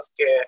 care